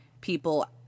people